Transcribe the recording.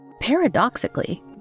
Paradoxically